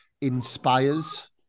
inspires